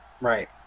Right